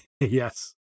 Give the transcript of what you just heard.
Yes